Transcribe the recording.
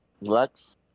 Lex